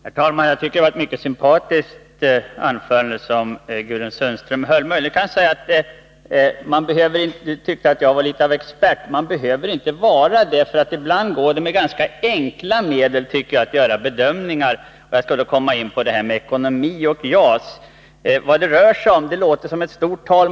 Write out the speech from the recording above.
Herr talman! Jag tycker att det var ett mycket sympatiskt anförande som Gudrun Sundström höll. Möjligen kan jag säga, när hon tyckte att jag var litet av expert, att man inte behöver vara expert. Ibland går det att med ganska enkla medel göra bedömningar när det gäller ekonomi och JAS. Vad det rör sig om låter som ett stort tal.